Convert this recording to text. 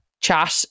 chat